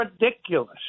ridiculous